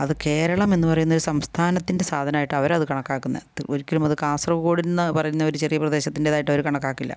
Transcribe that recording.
അത് കേരളം എന്ന് പറയുന്ന ഒരു സംസ്ഥാനത്തിൻ്റെ സാധനമായിട്ടാണ് അവരത് കണക്കാക്കുന്നത് ഒരിക്കലും അത് കാസർഗോഡ് എന്ന് പറയുന്ന ഒരു ചെറിയ പ്രദേശത്തിന്റേതായിട്ട് അവർ കണക്കാക്കില്ല